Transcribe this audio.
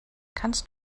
kannst